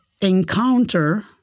encounter